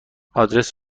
آدرس